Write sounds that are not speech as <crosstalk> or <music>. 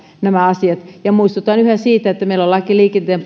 nämä asiat koskevat muistutan yhä siitä että meillä on kolmas vaihe laissa liikenteen <unintelligible>